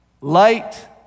Light